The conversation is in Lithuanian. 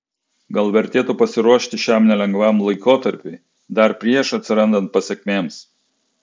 gal vertėtų pasiruošti šiam nelengvam laikotarpiui dar prieš atsirandant pasekmėms